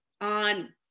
on